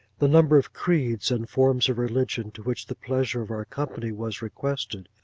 the number of creeds and forms of religion to which the pleasure of our company was requested,